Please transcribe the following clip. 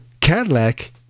Cadillac